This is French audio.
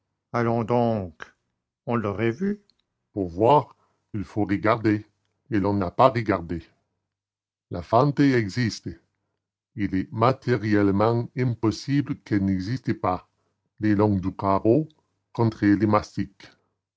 allons donc on l'aurait vue pour voir il faut regarder et l'on n'a pas regardé la fente existe il est matériellement impossible qu'elle n'existe pas le long du carreau contre